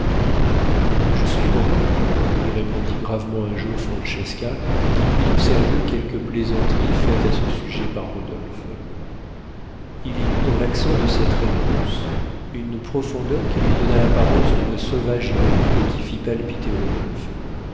je suis romaine lui répondit gravement un jour francesca qui prit au sérieux quelques plaisanteries faites à ce sujet par rodolphe il y eut dans l'accent de cette réponse une profondeur qui lui donna l'apparence d'une sauvage ironie et qui fit palpiter rodolphe